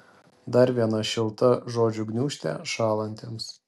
dar viena šilta žodžių gniūžtė šąlantiems